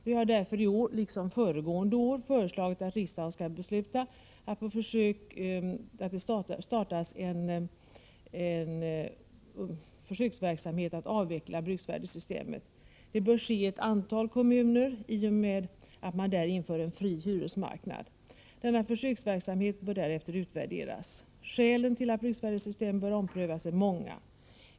Vi har därför i år, liksom föregående år, föreslagit att riksdagen beslutar om att starta en försöksverksamhet i syfte att avveckla bruksvärdessystemet. Det bör ske i ett antal kommuner i och med att man där inför fri hyresmarknad. Denna försöksverksamhet bör därefter utvärderas. Skälen till att bruksvärdessystemet bör omprövas är många.